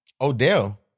Odell